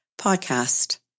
podcast